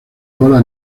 cola